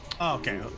okay